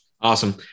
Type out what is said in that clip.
Awesome